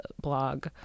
blog